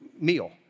meal